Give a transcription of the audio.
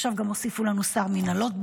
עכשיו גם הוסיפו לנו שר מינהלות.